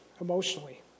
emotionally